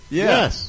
yes